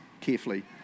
carefully